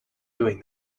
doing